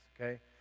okay